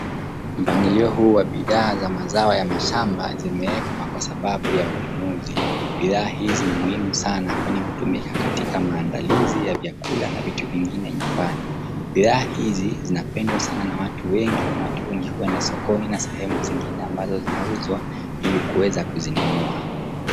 Mpangilio huu wa bidhaa za mazao ya mashamba zimewekwa kwa sababu ya ununuzi. Bidhaa hizi ni muhimu sana kwani hutumika katika maandalizi ya vyakula na vitu vingine nyumbani. Bidhaa hizi zinapendwa sana na watu wengi na watu wengi huenda sokoni na sehemu zingine ambazo zinauzwa ili kuweza kuzinunua.